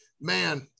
Man